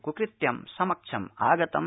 कुकृत्यं समक्षम् आगतम्